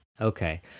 Okay